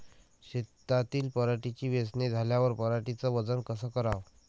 शेतातील पराटीची वेचनी झाल्यावर पराटीचं वजन कस कराव?